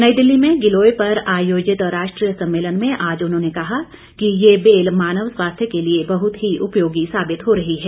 नई दिल्ली में गिलोय पर आयोजित राष्ट्रीय सम्मेलन में आज उन्होंने कहा कि यह बेल मानव स्वास्थ्य के लिए बहुत ही उपयोगी साबित हो रही है